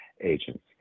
agents